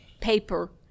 paper